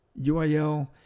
UIL